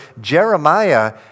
Jeremiah